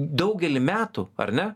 daugelį metų ar ne